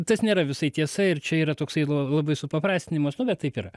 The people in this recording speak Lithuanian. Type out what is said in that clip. tas nėra visai tiesa ir čia yra toksai labai supaprastinimas nu bet taip yra